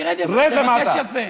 אני ארד אם תבקש יפה.